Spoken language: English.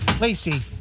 Lacey